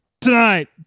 tonight